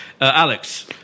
Alex